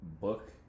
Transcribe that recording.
book